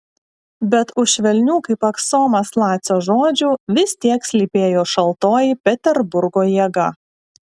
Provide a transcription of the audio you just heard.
bet už švelnių kaip aksomas lacio žodžių vis tiek slypėjo šaltoji peterburgo jėga